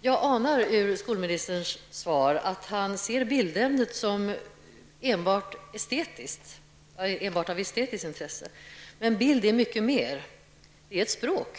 Jag anar ur skolministerns svar att han ser bildämnet enbart som ett estetiskt intresse, men bild är mycket mer, det är ett språk.